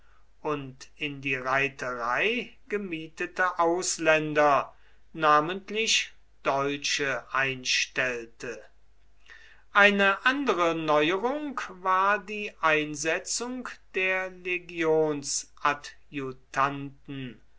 und in die reiterei gemietete ausländer namentlich deutsche einstellte eine andere neuerung war die einsetzung der